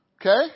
Okay